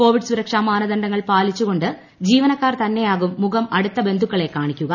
Covid സുരക്ഷാ മാനദണ്ഡങ്ങൾ പാലിച്ചുകൊണ്ട് ജീവനക്കാർ തന്നെയാകും മുഖം അടുത്ത ബന്ധുക്കളെ കാണിക്കുക